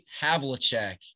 Havlicek